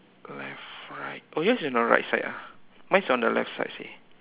left right oh yours is on the right ah mine is on the left side seh